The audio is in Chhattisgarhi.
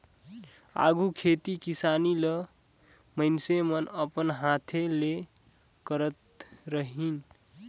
आघु खेती किसानी ल मइनसे मन अपन हांथे ले करत रहिन